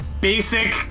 basic